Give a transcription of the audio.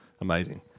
Amazing